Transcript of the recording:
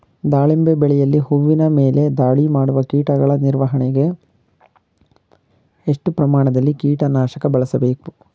ದಾಳಿಂಬೆ ಬೆಳೆಯಲ್ಲಿ ಹೂವಿನ ಮೇಲೆ ದಾಳಿ ಮಾಡುವ ಕೀಟಗಳ ನಿರ್ವಹಣೆಗೆ, ಎಷ್ಟು ಪ್ರಮಾಣದಲ್ಲಿ ಕೀಟ ನಾಶಕ ಬಳಸಬೇಕು?